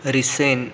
रिसेन